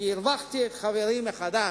שהרווחתי את חברי מחדש,